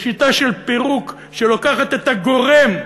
בשיטה של פירוק, שלוקחת את הגורם למוגבלות,